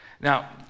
Now